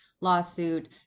lawsuit